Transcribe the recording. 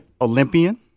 Olympian